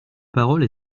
parole